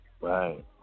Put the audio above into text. Right